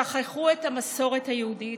שכחו את המסורת היהודית,